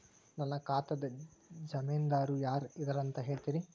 ನನ್ನ ಖಾತಾದ್ದ ಜಾಮೇನದಾರು ಯಾರ ಇದಾರಂತ್ ಹೇಳ್ತೇರಿ?